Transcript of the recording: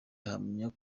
ahamya